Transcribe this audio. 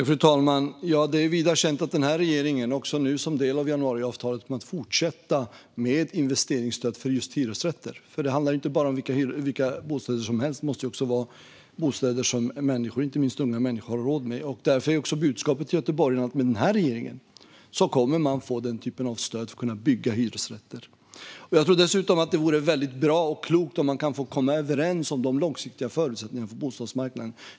Fru talman! Det är vida känt att regeringen, nu också som ett led i januariavtalet, kommer att fortsätta med investeringsstöd för just hyresrätter. För det handlar inte om vilka bostäder som helst, utan det måste vara bostäder som människor, inte minst unga, har råd med. Därför är budskapet till göteborgarna att med denna regering kommer man att få stöd för att kunna bygga hyresrätter. Jag tror att det vore bra och klokt om vi kan komma överens om de långsiktiga förutsättningarna för bostadsmarknaden.